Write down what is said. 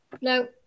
No